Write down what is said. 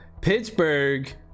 Pittsburgh